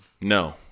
no